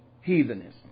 heathenism